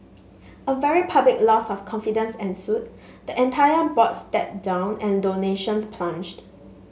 a very public loss of confidence ensued the entire board stepped down and donations plunged